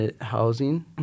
Housing